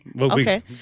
Okay